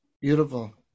Beautiful